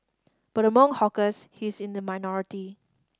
but among hawkers he is in the minority